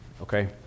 Okay